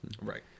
Right